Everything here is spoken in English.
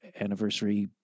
anniversary